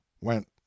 went